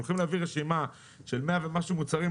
הולכים להביא רשימה של מאה ומשהו מוצרים,